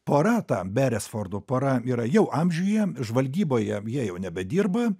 pora ta beresfordų pora yra jau amžiuje žvalgyboje jie jau nebedirba